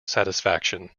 satisfaction